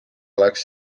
oleks